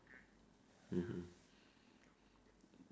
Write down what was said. mmhmm